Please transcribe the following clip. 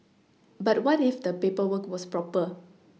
but what if the paperwork was proper